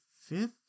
fifth